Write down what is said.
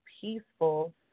peaceful